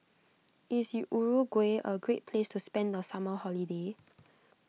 is Uruguay a great place to spend the summer holiday